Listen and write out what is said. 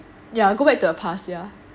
ya go back to past ya